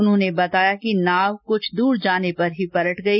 उन्होंने बताया कि नाव कुछ दूर जाने पर ही पलट गई